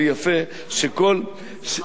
זה חל רק על יהודים?